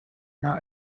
not